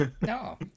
no